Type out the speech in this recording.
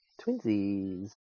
twinsies